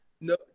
No